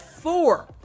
four